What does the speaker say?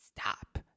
Stop